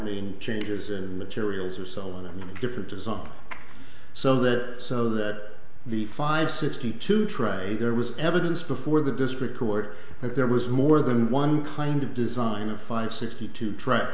mean changes and materials or so on a different design so that so that the five sixty to try there was evidence before the district court that there was more than one kind of design of five sixty to track